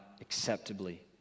acceptably